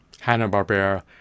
Hanna-Barbera